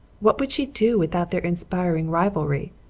what would she do without their inspiring rivalry?